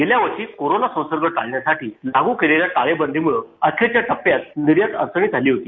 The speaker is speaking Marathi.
गेल्या वर्षी कोरोना संसर्ग टाळण्यासाठी लागू केलेल्या टाळेबंदीमुळे अखेरच्या टप्प्यात निर्यात अडचणीत आली होती